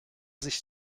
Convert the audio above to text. sich